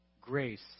grace